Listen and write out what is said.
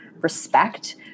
respect